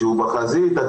בחזית.